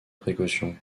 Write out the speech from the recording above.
précaution